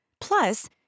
Plus